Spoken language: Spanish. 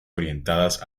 orientadas